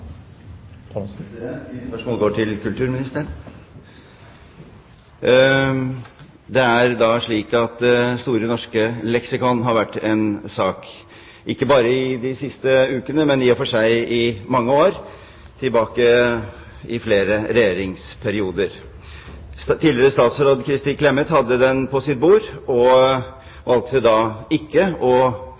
Mitt spørsmål går til kulturministeren. Det er slik at Store norske leksikon har vært en sak ikke bare i de siste ukene, men i og for seg i mange år, tilbake i flere regjeringsperioder. Tidligere statsråd Kristin Clemet hadde den på sitt bord, og valgte da ikke